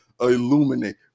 illuminate